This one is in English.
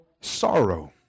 sorrow